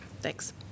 Thanks